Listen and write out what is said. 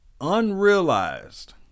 unrealized